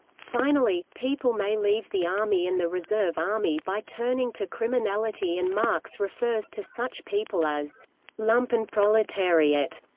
finally, people may leave the army and the reserve army by turning to criminality and marx refers to such people as lumpenproletariat